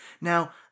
Now